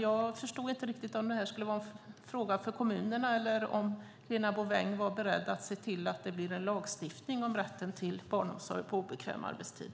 Jag förstod inte riktigt om det här skulle vara en fråga för kommunerna eller om Helena Bouveng är beredd att se till att det blir en lagstiftning om rätten till barnomsorg på obekväm arbetstid.